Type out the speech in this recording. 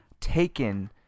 taken